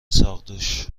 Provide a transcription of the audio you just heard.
ساقدوش